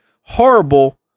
horrible